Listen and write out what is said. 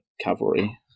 Cavalry